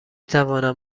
توانم